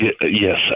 Yes